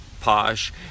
Posh